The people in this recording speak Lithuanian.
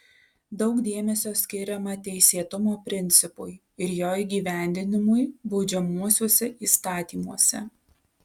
daug dėmesio skiriama teisėtumo principui ir jo įgyvendinimui baudžiamuosiuose įstatymuose